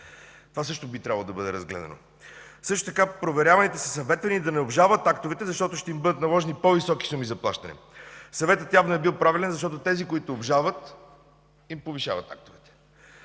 Това също би трябвало да бъде разгледано. Също така проверяваните са съветвани да не обжалват актовете, защото ще им бъдат наложени по-високи суми за плащане. Съветът явно е бил правилен, защото тези, които обжалват, им повишават актовете.